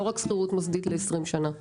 לא רק שכירות ל-20 שנה.